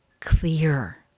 clear